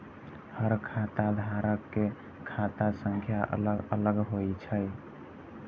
हर खाता धारक के खाता संख्या अलग अलग होइ छै